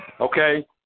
okay